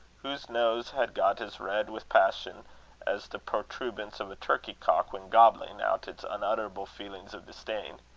whose nose had got as red with passion as the protuberance of a turkey-cock when gobbling out its unutterable feelings of disdain.